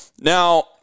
Now